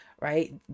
right